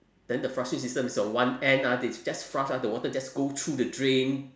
then the flushing system is on one end ah they just flush ah the water just go through the drain